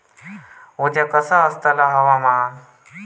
उद्या कसा आसतला हवामान?